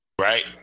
Right